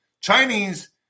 Chinese